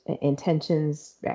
intentions